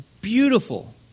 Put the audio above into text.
Beautiful